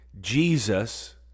Jesus